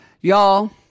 Y'all